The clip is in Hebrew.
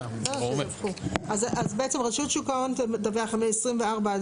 אז רשות שוק ההון תדווח בין 24'